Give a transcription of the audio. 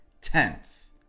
tense